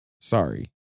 Sorry